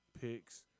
picks